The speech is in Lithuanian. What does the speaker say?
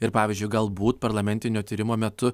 ir pavyzdžiui galbūt parlamentinio tyrimo metu